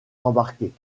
embarqués